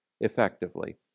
effectively